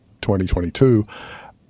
2022